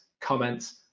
comments